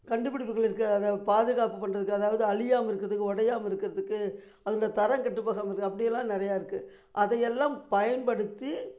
கண்டுப்பிடிப்புகள் இருக்குது அதை பாதுகாப்பு பண்ணுறதுக்கு அதாவது அழியாமல் இருக்கிறதுக்கு உடையாம இருக்கிறதுக்கு அதோடய தரம் கெட்டு போகாமல் இருக்க அப்படிலாம் நிறையா இருக்குது அதையெல்லாம் பயன்படுத்தி